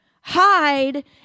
Hide